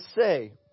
say